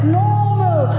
normal